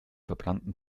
verbrannten